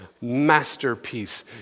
masterpiece